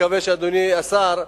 שאדוני השר,